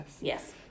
Yes